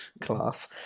Class